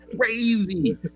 crazy